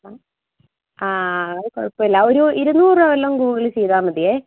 ആ ആ അത് കുഴപ്പമില്ല ഒരു ഇരുന്നൂറു രൂപ വല്ലതും ഗൂഗിളിൽ ചെയ്താൽ മതിയെ